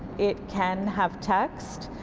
it can have text,